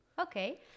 Okay